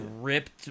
ripped